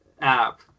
app